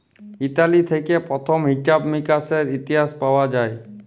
Italy থেক্যে প্রথম হিছাব মিকাশের ইতিহাস পাওয়া যায়